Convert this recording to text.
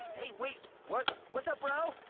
hey wait! what's what's up, bro? ooh,